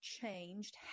changed